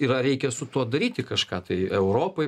ir ar reikia su tuo daryti kažką tai europoj